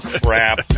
crap